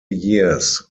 years